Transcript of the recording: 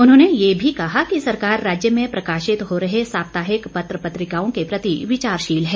उन्होंने ये भी कहा कि सरकार राज्य में प्रकाशित हो रहे साप्ताहिक पत्र पत्रिकाओं के प्रति विचारशील है